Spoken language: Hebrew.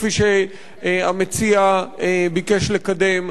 כפי שהמציע ביקש לקדם.